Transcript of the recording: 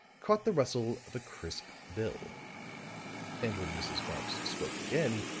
caught the rustle of a crisp bill and when mrs. marx spoke again,